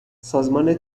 سازمان